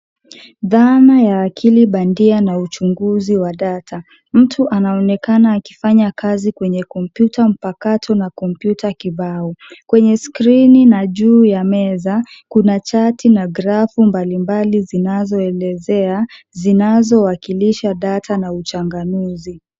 Dhana ya akili bandia na uchunguzi wa data. Mtu anaonekana akifanya kazi kwenye kompyuta mpakato na kompyuta kibao. Kwenye skrini na juu ya meza kuna chati na grafu mbali mbali zinazoelezea, zinazowakilisha data na uchanganuzi.